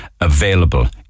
available